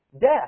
death